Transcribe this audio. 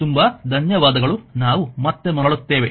ತುಂಬಾ ಧನ್ಯವಾದಗಳು ನಾವು ಮತ್ತೆ ಮರಳುತ್ತೇವೆ